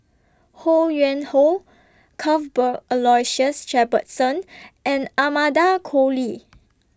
Ho Yuen Hoe Cuthbert Aloysius Shepherdson and Amanda Koe Lee